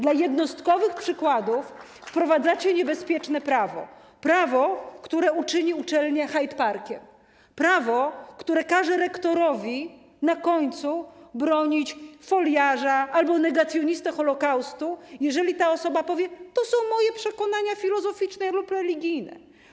Dla jednostkowych przykładów wprowadzacie niebezpieczne prawo, prawo, które uczyni uczelnię Hyde Parkiem, prawo, które każe rektorowi na końcu bronić foliarza albo negacjonistę Holokaustu, jeżeli ta osoba powie: to są moje przekonania filozoficzne lub religijne.